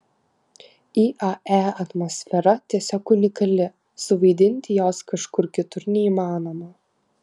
iae atmosfera tiesiog unikali suvaidinti jos kažkur kitur neįmanoma